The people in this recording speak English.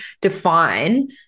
define